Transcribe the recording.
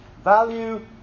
value